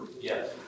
Yes